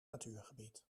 natuurgebied